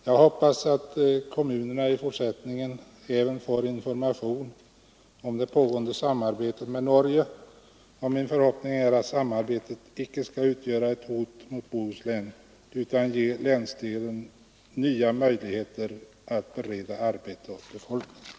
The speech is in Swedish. Jag hoppas att kommunerna även i fortsättningen får information om det pågående samarbetet med Norge, och min förhoppning är att samarbetet icke skall utgöra ett hot mot Bohuslän utan ge länsdelen nya möjligheter att bereda arbete åt befolkningen.